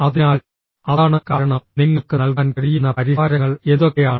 അതിനാൽ അതാണ് കാരണം നിങ്ങൾക്ക് നൽകാൻ കഴിയുന്ന പരിഹാരങ്ങൾ എന്തൊക്കെയാണ്